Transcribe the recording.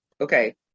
Okay